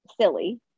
silly